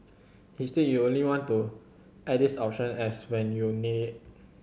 instead you only want to add this option as when you need